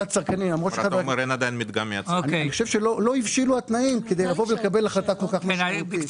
אני חושב שלא הבשילו התנאים כדי לבוא ולקבל החלטה כל כך משמעותית.